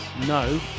No